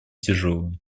тяжелым